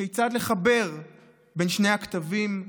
כיצד לחבר בין שני הקטבים,